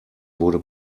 wurde